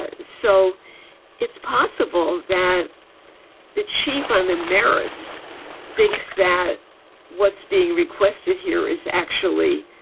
ah so it's possible that the chief on the merits thinks that what's being requested here is actually.